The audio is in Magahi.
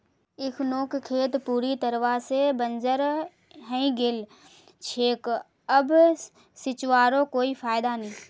इखनोक खेत पूरी तरवा से बंजर हइ गेल छेक अब सींचवारो कोई फायदा नी